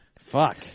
Fuck